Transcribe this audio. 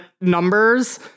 numbers